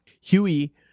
Huey